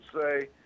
say